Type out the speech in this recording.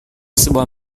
sebuah